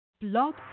Blog